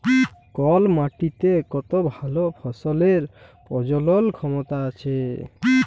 call মাটিতে কত ভাল ফসলের প্রজলল ক্ষমতা আছে